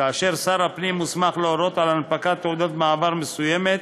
ושר הפנים מוסמך להורות על הנפקת תעודת מעבר מסוימת